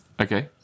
Okay